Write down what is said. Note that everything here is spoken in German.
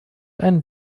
ein